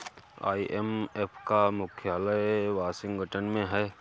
IMF का मुख्यालय Washington में है